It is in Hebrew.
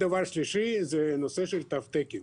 דבר שלישי, הנושא של תו תקן.